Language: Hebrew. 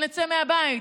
נצא מהבית,